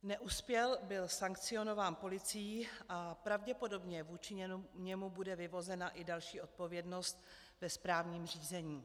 Neuspěl, byl sankcionován policií a pravděpodobně vůči němu bude vyvozena i další odpovědnost ve správním řízení.